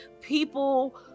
People